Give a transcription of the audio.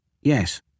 Yes